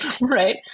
right